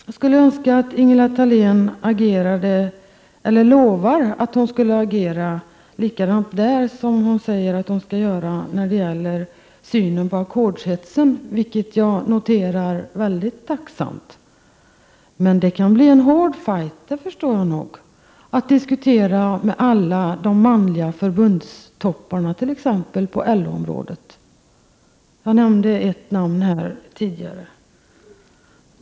Jag skulle önska att Ingela Thalén lovar att agera likadant på den punkten som hon säger att hon skall göra för att försöka påverka synen på ackordshetsen — vilket jag noterar mycket tacksamt. Men det kan bli en hård fight — det förstår jag — att diskutera med alla de manliga förbundstopparna på exempelvis LO-området, av vilka jag nämnde ett namn tidigare.